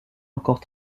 encore